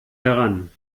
heran